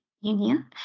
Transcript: Union